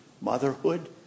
Motherhood